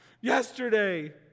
yesterday